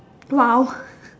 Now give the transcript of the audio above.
!wow!